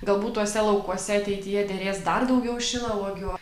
galbūt tuose laukuose ateityje derės dar daugiau šilauogių